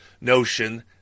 notion